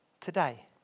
today